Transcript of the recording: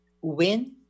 win